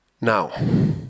Now